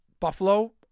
Buffalo